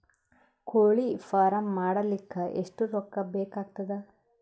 ಕೋಳಿ ಫಾರ್ಮ್ ಮಾಡಲಿಕ್ಕ ಎಷ್ಟು ರೊಕ್ಕಾ ಬೇಕಾಗತದ?